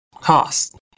cost